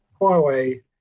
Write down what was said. Huawei